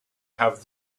have